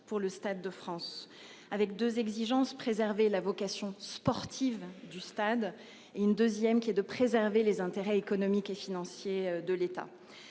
pour le Stade de France avec 2 exigences préserver la vocation sportive du stade et une deuxième qui est de préserver les intérêts économiques et financiers de l'État.